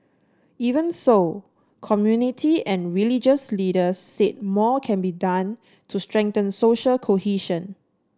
even so community and religious leaders said more can be done to strengthen social cohesion